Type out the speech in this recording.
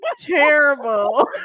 terrible